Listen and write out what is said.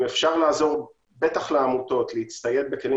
אם אפשר לעזור בטח לעמותות להצטייד בכלים